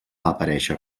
aparèixer